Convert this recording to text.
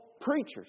preachers